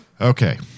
okay